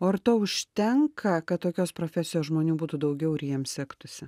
o ar to užtenka kad tokios profesijos žmonių būtų daugiau ir jiems sektųsi